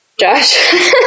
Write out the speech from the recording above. Josh